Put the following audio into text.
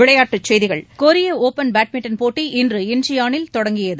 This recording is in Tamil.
விளையாட்டுச்செய்திகள் கொரிய ஓபன் பேட்மிண்டன் போட்டி இன்று இன்ச்சியானில் தொடங்கியது